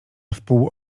wpół